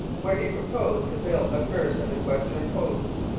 where he purposed to build the first of his western posts,